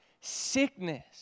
sickness